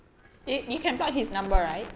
eh you can block his number right